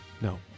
no